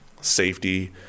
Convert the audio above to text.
safety